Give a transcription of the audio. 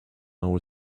our